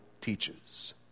teaches